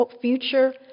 future